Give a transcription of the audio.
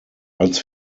als